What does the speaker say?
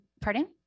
pardon